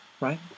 right